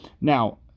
Now